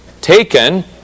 taken